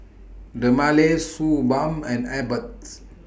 Dermale Suu Balm and Abbott's